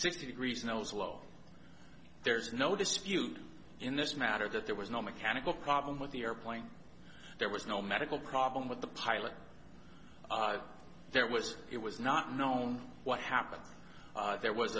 sixty degrees nose low there's no dispute in this matter that there was no mechanical problem with the airplane there was no medical problem with the pilot there was it was not known what happened there was